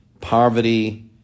poverty